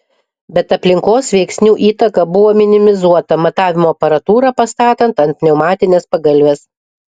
bet aplinkos veiksnių įtaka buvo minimizuota matavimo aparatūrą pastatant ant pneumatinės pagalvės